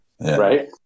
right